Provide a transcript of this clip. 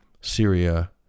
Syria